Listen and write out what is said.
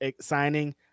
signing